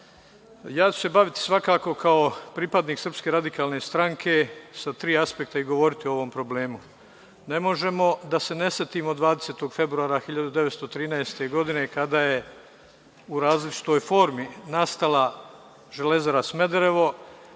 životni. Baviću se kao pripadnik SRS sa tri aspekta i govoriti o ovom problemu. Ne možemo da se ne setimo 20. februara 1913. godine kada je u različitoj formi nastala Železara Smederevo,